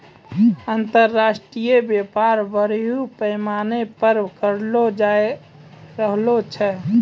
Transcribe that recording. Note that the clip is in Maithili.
अन्तर्राष्ट्रिय व्यापार बरड़ी पैमाना पर करलो जाय रहलो छै